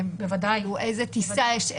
איזו טיסה יש,